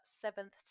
Seventh